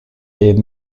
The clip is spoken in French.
est